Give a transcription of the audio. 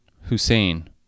Hussein